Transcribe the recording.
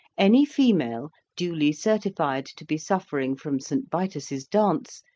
any female, duly certified to be suffering from st. vitus's dance,